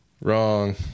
Wrong